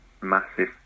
massive